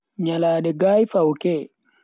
nyalamde guy fawke